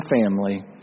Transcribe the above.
family